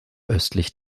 östlich